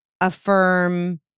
affirm